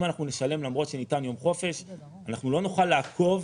אם אנחנו נשלם למרות שניתן יום חופש אנחנו לא נוכל לעקוב,